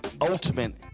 ultimate